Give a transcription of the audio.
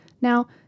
Now